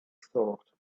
thought